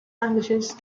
languages